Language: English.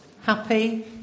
happy